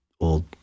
old